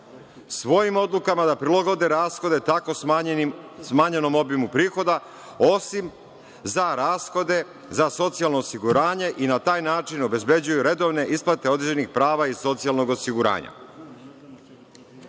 svojim odlukama da prilagode rashode tako smanjenom obliku prihoda osim za rashode za socijalno osiguranje i na taj način obezbeđuju redovne isplate određenih prava iz socijalnog osiguranja. Pa,